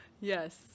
yes